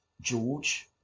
George